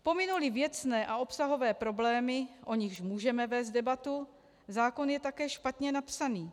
Pominuli věcné a obsahové problémy, o nichž můžeme vést debatu, zákon je také špatně napsaný.